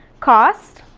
cost.